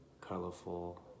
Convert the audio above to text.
colorful